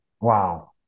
Wow